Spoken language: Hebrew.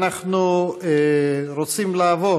אדוני השר, קודם כול אני מזכיר שאנחנו רוצים לעבור